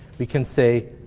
we can say,